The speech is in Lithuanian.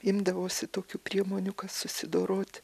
imdavosi tokių priemonių kad susidoroti